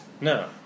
No